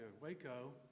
Waco